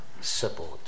support